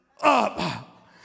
up